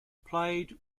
played